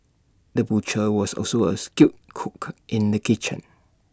the butcher was also A skilled cook in the kitchen